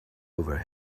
over